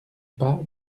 pas